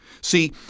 See